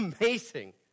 amazing